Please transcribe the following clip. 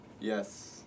Yes